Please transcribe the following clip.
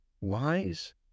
wise